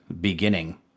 beginning